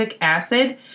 acid